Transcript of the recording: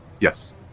Yes